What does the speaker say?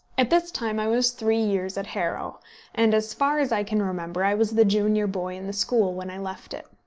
at this time i was three years at harrow and, as far as i can remember, i was the junior boy in the school when i left it.